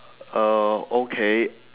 uh okay